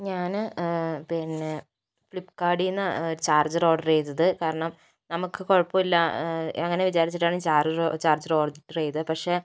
ഞാൻ പിന്നെ ഫ്ലിപ്കാർടിൽ നിന്നാണ് ചാർജ്ജർ ഓർഡർ ചെയ്തത് കാരണം നമുക്ക് കുഴപ്പമില്ല അങ്ങനെ വിചാരിച്ചിട്ടാണ് ചാർജ്ജർ ഓർഡർ ചെയ്തത് പക്ഷെ